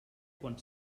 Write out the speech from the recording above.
quan